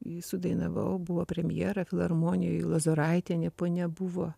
jį sudainavau buvo premjera filharmonijoj lozoraitienė po nebuvo